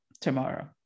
tomorrow